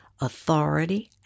authority